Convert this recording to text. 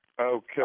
Okay